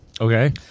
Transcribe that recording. Okay